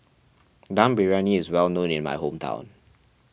Dum Briyani is well known in my hometown